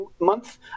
month